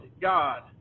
God